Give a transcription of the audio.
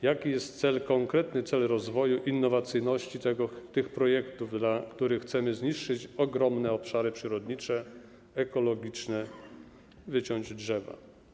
Jaki jest konkretny cel rozwoju innowacyjności tych projektów, dla których chcemy zniszczyć ogromne obszary przyrodnicze, ekologiczne, wyciąć drzewa?